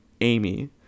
Amy